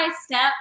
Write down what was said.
step